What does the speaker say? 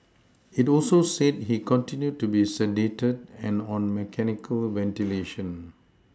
it also said he continued to be sedated and on mechanical ventilation